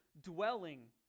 dwelling